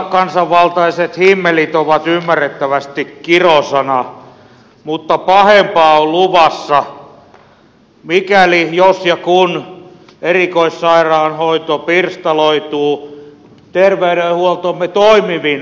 epäkansanvaltaiset himmelit ovat ymmärrettävästi kirosana mutta pahempaa on luvassa mikäli jos ja kun erikoissairaanhoito pirstaloituu terveydenhuoltomme toimivin osa